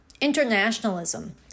internationalism